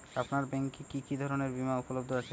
আপনার ব্যাঙ্ক এ কি কি ধরনের বিমা উপলব্ধ আছে?